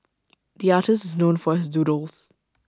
the artist is known for his doodles